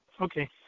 Okay